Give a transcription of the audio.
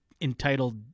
entitled